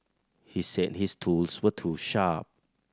he said his tools were too sharp